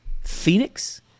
Phoenix